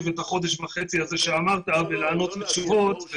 חודש וחצי עליו דיברת בגלל מתן תשובות.